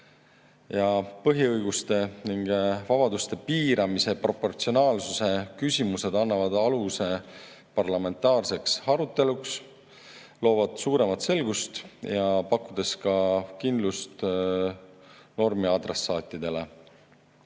Põhiõiguste ning vabaduste piiramise proportsionaalsuse küsimused annavad aluse parlamentaarseks aruteluks, loovad suuremat selgust ja pakuvad kindlust normi adressaatidele.